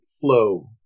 flow